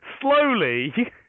Slowly